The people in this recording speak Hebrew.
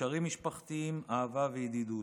קשרים משפחתיים, אהבה וידידות.